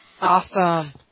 Awesome